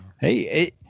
hey